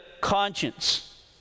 conscience